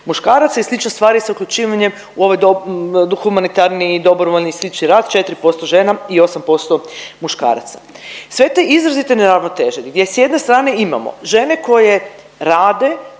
muškaraca i slične stvari s uključivanjem u ovaj humanitarni, dobrovoljni i slični rad 4% žena i 8% muškaraca. Sve te izrazite neravnoteže gdje s jedne strane imamo žene koje rade